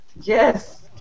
Yes